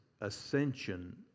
Ascension